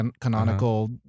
canonical